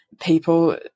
people